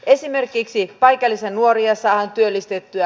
esimerkiksi paikallisia nuoria saadaan työllistettyä